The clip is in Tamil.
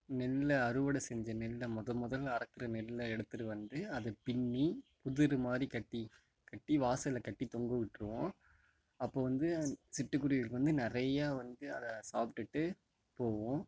நெல்லை அறுவடை செஞ்ச நெல்லை முத முதல்ல அறுக்குற நெல்லை எடுத்துகிட்டு வந்து அதை பின்னி குதிருமாதிரி கட்டி கட்டி வாசலில் கட்டி தொங்கவிட்ருவோம் அப்போ வந்து சிட்டுக்குருவி வந்து நிறையா வந்து அதை சாப்பிடுட்டு போவும்